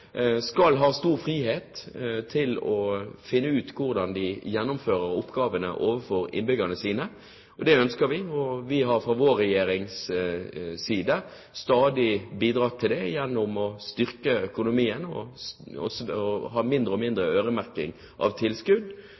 skal ha stor frihet til å finne ut hvordan de skal gjennomføre oppgavene overfor innbyggerne sine. Vi har fra vår regjerings side stadig bidratt til det gjennom å styrke økonomien og å ha mindre og mindre øremerking av tilskudd.